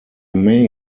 may